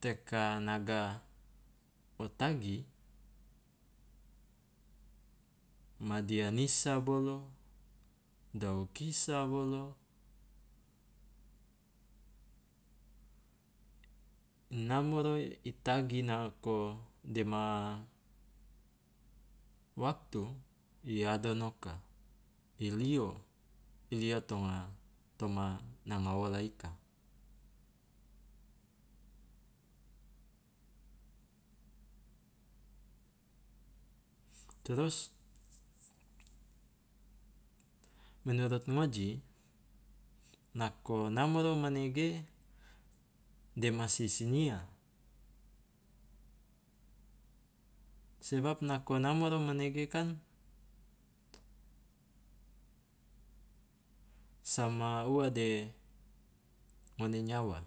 Teka naga o tagi, ma dia nisa bolo, dau kisa bolo, namoro i tagi nako dema waktu i adonoka i lio, i lio toma toma nanga wola ika. Trus menurut ngoji, nako namoro manege dema sisinyia, sebab nako namoro manege kan sama ua de ngone nyawa,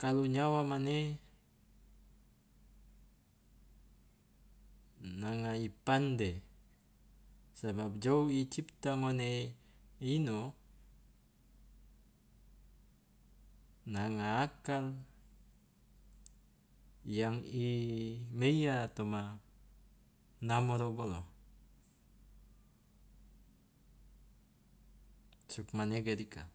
kalu nyawa mane nanga i pande, sabab jou i cipta mane ino, nanga akal yang meiya toma namoro bolo, sugmanege dika.